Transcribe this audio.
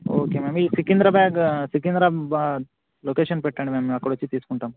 okay ma'am ఈ సికింద్రాబ్యాగ్ Secunderabad location పెట్టండి మ్యామ్ మేం అక్కడకి వచ్చి తీసుకుంటాం